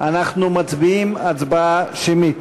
אנחנו מצביעים הצבעה שמית.